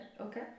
okay